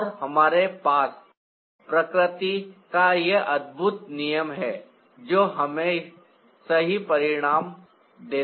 और हमारे पास प्रकृति का यह अद्भुत नियम है जो हमें सही परिणाम देता है